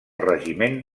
regiment